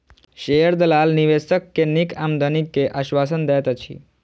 share दलाल निवेशक के नीक आमदनी के आश्वासन दैत अछि